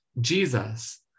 Jesus